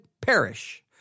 perish